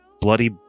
bloody